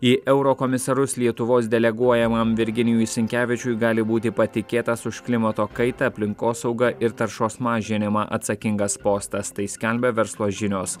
į eurokomisarus lietuvos deleguojamam virginijui sinkevičiui gali būti patikėtas už klimato kaitą aplinkosaugą ir taršos mažinimą atsakingas postas tai skelbia verslo žinios